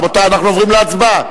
רבותי, אנחנו עוברים להצבעה.